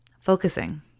focusing